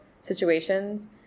situations